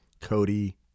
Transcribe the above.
Cody